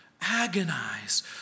agonize